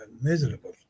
miserable